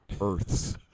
Earths